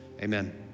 Amen